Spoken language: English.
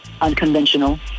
unconventional